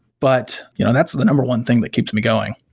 but you know that's the number one thing that keeps me going.